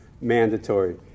mandatory